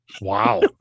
wow